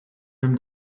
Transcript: him